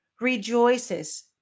rejoices